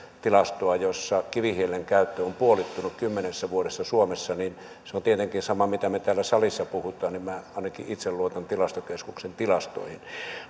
tilastoa jossa kivihiilen käyttö on puolittunut kymmenessä vuodessa suomessa se on tietenkin sama mitä me täällä salissa puhumme minä ainakin itse luotan tilastokeskuksen tilastoihin